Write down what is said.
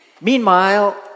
Meanwhile